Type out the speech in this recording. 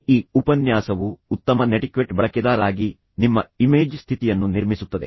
ಈ ಉಪನ್ಯಾಸವು ಉತ್ತಮ ನೆಟಿಕ್ವೆಟ್ ಬಳಕೆದಾರರಾಗಿ ನಿಮ್ಮ ಇಮೇಜ್ ಸ್ಥಿತಿಯನ್ನು ನಿರ್ಮಿಸುತ್ತದೆ